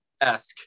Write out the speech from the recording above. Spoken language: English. Esque